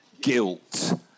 guilt